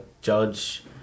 judge